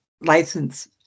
license